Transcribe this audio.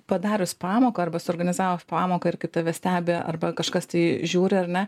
padarius pamoką arba suorganizavus pamoką ir kai tave stebi arba kažkas tai žiūri ar ne